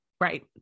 Right